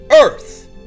earth